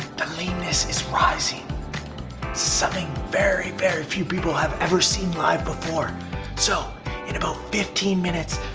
the leanness is rising something very very few people have ever seen live before so in about fifteen minutes,